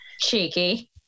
Cheeky